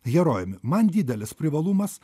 herojumi man didelis privalumas